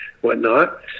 whatnot